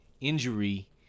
injury